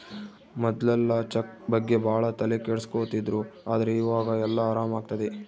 ಮೊದ್ಲೆಲ್ಲ ಚೆಕ್ ಬಗ್ಗೆ ಭಾಳ ತಲೆ ಕೆಡ್ಸ್ಕೊತಿದ್ರು ಆದ್ರೆ ಈವಾಗ ಎಲ್ಲ ಆರಾಮ್ ಆಗ್ತದೆ